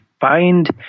find